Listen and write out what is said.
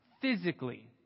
Physically